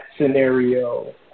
scenario